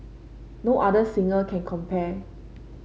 no other singer can compare